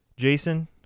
Jason